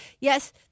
yes